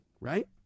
right